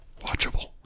watchable